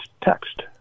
text